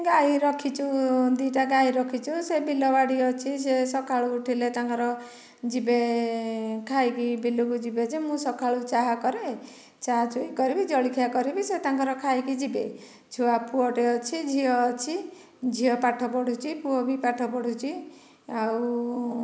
ଗାଈ ରଖିଛୁ ଦିଇଟା ଗାଈ ରଖିଛୁ ସେ ବିଲ ବାଡ଼ି ଅଛି ସେ ସକାଳୁ ଉଠିଲେ ତାଙ୍କର ଯିବେ ଖାଇକି ବିଲକୁ ଯିବେ ଯେ ମୁଁ ସକାଳୁ ଚାହା କରେ ଚା ଚୁଇ କରିବି ଜଳିଖିଆ କରିବି ସେ ତାଙ୍କର ଖାଇକି ଯିବେ ଛୁଆ ପୁଅଟେ ଅଛି ଝିଅ ଅଛି ଝିଅ ପାଠ ପଢ଼ୁଛି ପୁଅ ବି ପାଠ ପଢ଼ୁଛି ଆଉ